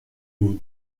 wood